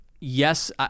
Yes